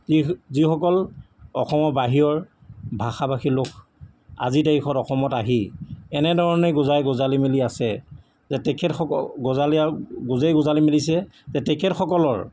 যি যিসকল অসমৰ বাহিৰৰ ভাষা ভাষী লোক আজিৰ তাৰিখত অসমত আহি এনেধৰণে গোজাই গঁজালি মেলি আছে যে তেখেতসকল গঁজালি আৰু গোজেই গঁজালি মেলিছে যে তেখেতসকলৰ